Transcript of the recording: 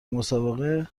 مسابقه